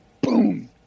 boom